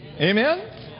Amen